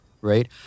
Right